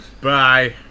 Bye